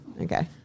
okay